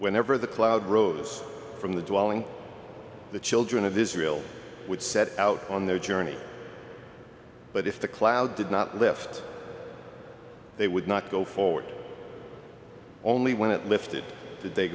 whenever the cloud rose from the dwelling the children of israel would set out on their journey but if the cloud did not lift they would not go forward only when it lifted did they